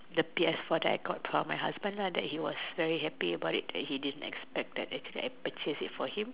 the P S four that I got for my husband lah that he was very happy about it that he didn't expect that actually I purchase it for him